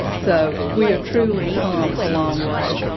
so, we have truly come a long way.